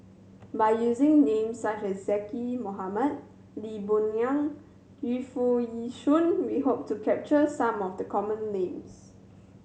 by using names such as Zaqy Mohamad Lee Boon Ngan Yu Foo Yee Shoon we hope to capture some of the common names